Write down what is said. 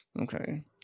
okay